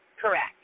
Correct